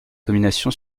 domination